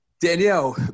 Danielle